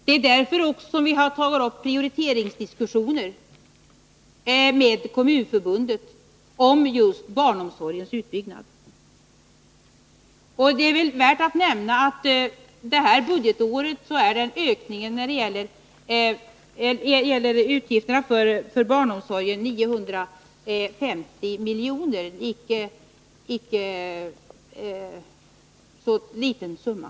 Det är också därför som vi har tagit upp prioriteringsdiskussioner med Kommunförbundet om just barnomsorgens utbyggnad. Det är väl värt att nämna att ökningen av utgifterna för barnomsorgen är 950 milj.kr. det här budgetåret — en icke så liten summa.